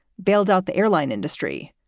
bailed out the airline industry,